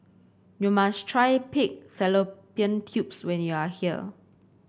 you must try Pig Fallopian Tubes when you are here